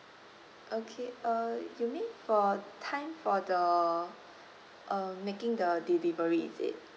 okay uh you mean for time for the uh making the delivery is it